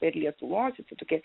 ir lietuvos į tą tokią